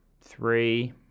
Three